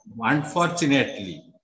unfortunately